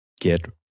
get